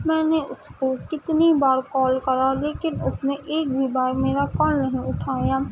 میں نے اس کو کتنی بار کال کرا لیکن اس نے ایک بھی بار میرا کال نہیں اٹھایا